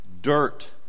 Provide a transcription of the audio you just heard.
Dirt